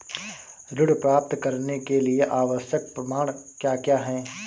ऋण प्राप्त करने के लिए आवश्यक प्रमाण क्या क्या हैं?